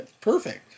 perfect